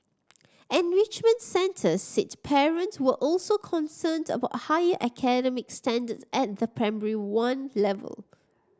enrichment centres said parents were also concerned about higher academic standards at the Primary One level